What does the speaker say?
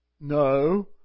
No